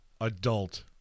adult